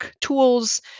tools